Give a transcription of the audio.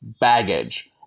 baggage